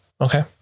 Okay